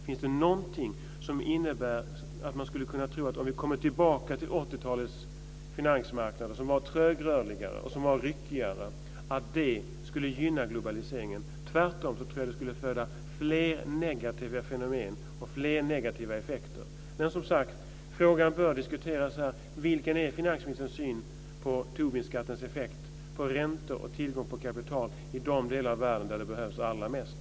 Finns det någonting som innebär att man skulle kunna tro att om vi kommer tillbaka till 80-talets finansmarknader, som var trögrörligare och som var ryckigare, skulle det gynna globaliseringen? Tvärtom tror jag att det skulle föda fler negativa fenomen och fler negativa effekter. Men som sagt, frågan bör diskuteras här. Vilken är finansministerns syn på Tobinskattens effekt på räntor och tillgång på kapital i de delar av världen där det behövs allra mest?